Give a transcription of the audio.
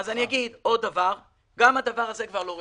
אז אגיד עוד דבר: גם הדבר הזה כבר לא רלוונטי.